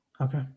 Okay